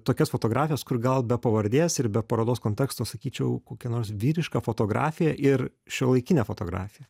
tokias fotografijas kur gal be pavardės ir be parodos konteksto sakyčiau kokia nors vyriška fotografija ir šiuolaikinė fotografija